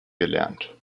gelernt